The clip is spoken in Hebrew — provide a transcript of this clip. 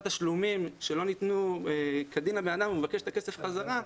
תשלומים לבן אדם שלא ניתנו לו כדין והוא מבקש את הכסף בחזרה,